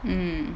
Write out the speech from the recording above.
mm